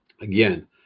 again